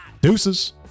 deuces